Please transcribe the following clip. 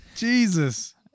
Jesus